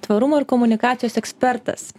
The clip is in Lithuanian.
tvarumo ir komunikacijos ekspertas